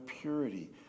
purity